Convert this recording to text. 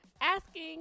Asking